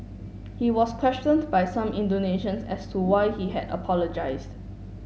he was questioned by some Indonesians as to why he had apologised